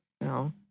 No